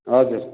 हजुर